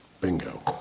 Bingo